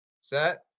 Set